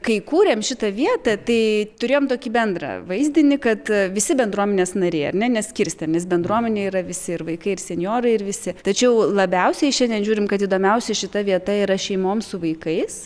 kai kūrėm šitą vietą tai turėjom tokį bendrą vaizdinį kad visi bendruomenės nariai ar ne neskirstėm nes bendruomenėj yra visi ir vaikai ir senjorai ir visi tačiau labiausiai šiandien žiūrim kad įdomiausia šita vieta yra šeimoms su vaikais